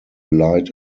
light